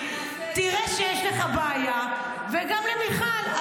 תראה שיש לך בעיה וגם למיכל,